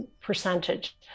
percentage